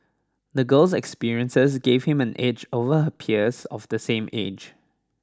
the girl's experiences gave him an edge over her peers of the same age